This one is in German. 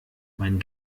mein